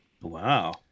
wow